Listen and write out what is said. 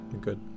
good